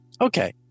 okay